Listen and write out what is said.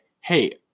Hey